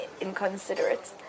inconsiderate